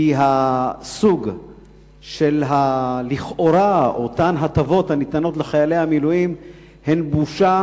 כי הסוג של אותן הטבות לכאורה הניתנות לחיילי מילואים הן בושה